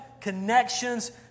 connections